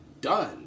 done